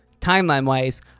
timeline-wise